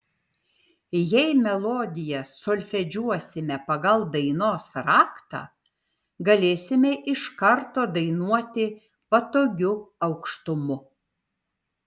jei melodiją solfedžiuosime pagal dainos raktą galėsime iš karto dainuoti patogiu aukštumu